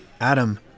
Adam